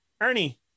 Ernie